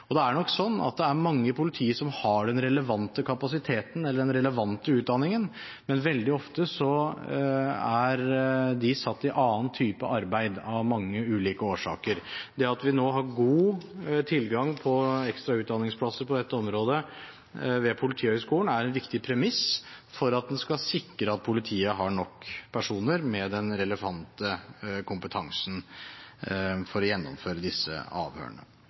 fremtiden. Det er nok sånn at det er mange i politiet som har den relevante kapasiteten eller den relevante utdanningen, men veldig ofte er de satt til annen type arbeid, av mange ulike årsaker. Det at vi nå har god tilgang på ekstra utdanningsplasser ved Politihøgskolen på dette området, er en viktig premiss for at en skal sikre at politiet har nok personer med den relevante kompetansen for å gjennomføre disse avhørene.